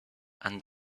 and